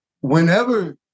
whenever